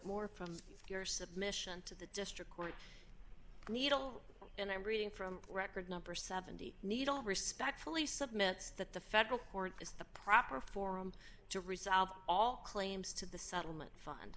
more from your submission to the district court needle and i'm reading from record number seventy needle respectfully submit that the federal court is the proper forum to resolve all claims to the settlement